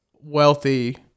wealthy